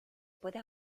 puede